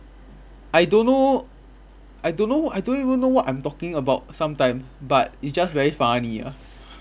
I don't know I don't know I don't even know what I'm talking about sometimes but it just very funny ah